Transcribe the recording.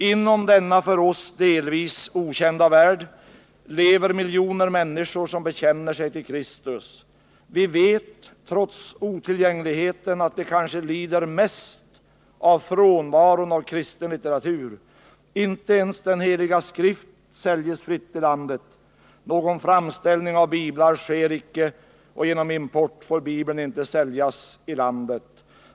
Inom denna för oss delvis okända värld lever miljoner människor som bekänner sig till Kristus. Vi vet trots otillgängligheten att de kanske lider mest av frånvaron av kristen litteratur. Inte ens Den Heliga Skrift säljes fritt i landet. Någon framställning av biblar sker icke, och genom import får Bibeln inte säljas i landet.